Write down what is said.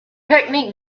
technique